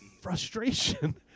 frustration